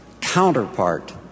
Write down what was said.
counterpart